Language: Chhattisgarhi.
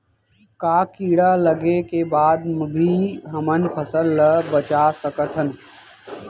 का कीड़ा लगे के बाद भी हमन फसल ल बचा सकथन?